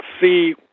see